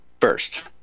first